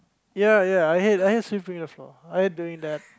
ya ya I had I had same thing before I ate during that